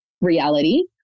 reality